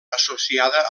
associada